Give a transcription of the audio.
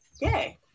yay